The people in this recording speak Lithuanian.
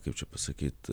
kaip čia pasakyt